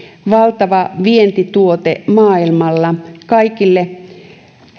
valtava vientituote maailmalla kaikille